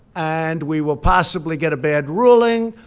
and we will possibly get a bad ruling,